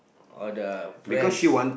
or the friends